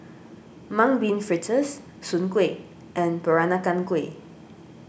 Mung Bean Fritters Soon Kuih and Peranakan Kueh